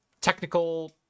technical